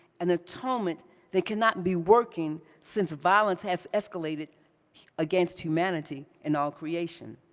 an atonement that cannot be working, since violence has escalated against humanity and all creation?